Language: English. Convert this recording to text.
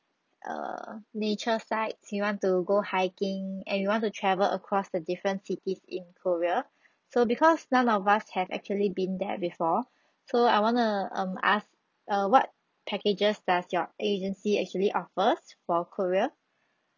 err nature sites we want to go hiking and we want to travel across the different cities in korea so because none of us have actually been there before so I wanna um ask err what packages does your agency actually offers for korea